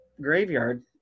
graveyard